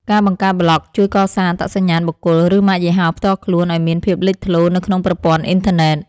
ការបង្កើតប្លក់ជួយកសាងអត្តសញ្ញាណបុគ្គល ឬម៉ាកយីហោផ្ទាល់ខ្លួនឱ្យមានភាពលេចធ្លោនៅក្នុងប្រព័ន្ធអ៊ីនធឺណិត។